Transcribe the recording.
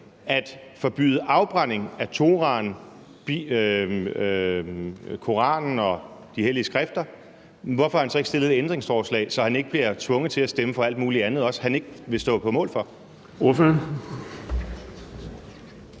at forbyde afbrænding af Toraen, Koranen og de hellige skrifter, hvorfor har han så ikke stillet et ændringsforslag, så han ikke bliver tvunget til at stemme for alt muligt andet også, som han ikke vil stå på mål for?